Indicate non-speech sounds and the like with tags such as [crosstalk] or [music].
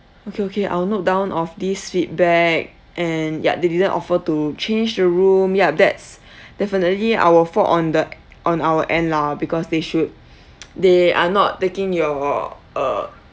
okay okay I'll note down of these feedback and ya they didn't offer to change the room ya that's definitely our fault on the e~ on our end lah because they should [noise] they are not taking your uh